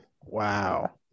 Wow